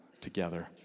together